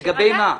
לגבי מה?